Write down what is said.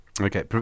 Okay